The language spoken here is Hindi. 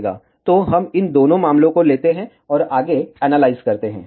तो हम इन दोनों मामलों को लेते हैं और आगे एनालाइज करते हैं